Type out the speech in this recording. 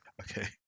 Okay